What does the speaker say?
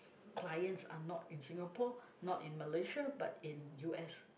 clients are not in Singapore not in Malaysia but in U_S